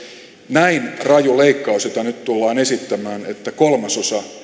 näin raju leikkaus jota nyt tullaan esittämään kolmasosa